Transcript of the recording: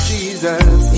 Jesus